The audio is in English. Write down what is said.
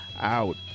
out